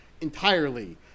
entirely